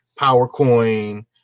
PowerCoin